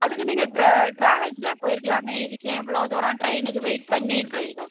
அதுக்கு நீங்கள் ட்ரா ட்ராவெல்ஸ்லே போயிருக்கலாமே இதுக்கு ஏன் இவ்வளோ தூரம் ட்ரெய்னுக்கு வெய்ட் பண்ணி ட்ரெய்னு